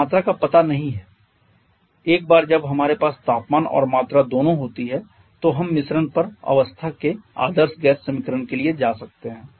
हमें मात्रा का पता नहीं है एक बार जब हमारे पास तापमान और मात्रा दोनों होती है तो हम मिश्रण पर अवस्था के आदर्श गैस समीकरण के लिए जा सकते हैं